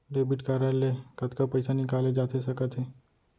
Debit card ले कतका पइसा निकाले जाथे सकत हे?